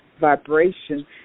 vibration